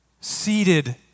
seated